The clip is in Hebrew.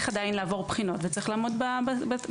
עדיין לעבור בחינות וצריך לעמוד בתנאים.